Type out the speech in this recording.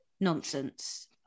nonsense